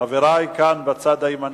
חברי בצד הימני,